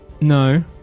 No